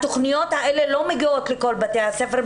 התוכניות האלה לא מגיעות לכל בתי הספר,